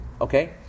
Okay